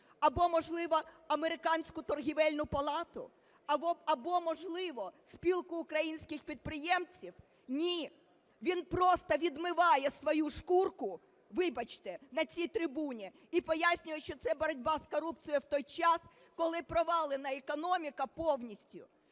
або, можливо, Американську торговельну палату, або, можливо, Спілку українських підприємців? Ні, він просто відмиває свою шкурку, вибачте, на цій трибуні і пояснює, що це боротьба з корупцією, в той час коли провалена економіка повністю